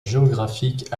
géographique